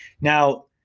Now